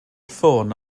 ffôn